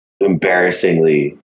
embarrassingly